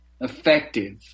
effective